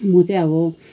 म चाहिँ अब